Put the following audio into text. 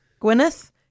Gwyneth